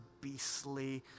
beastly